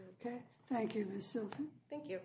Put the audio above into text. ok thank you thank you